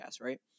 right